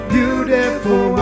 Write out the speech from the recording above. Beautiful